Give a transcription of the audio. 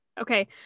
Okay